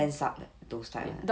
fence up those type ah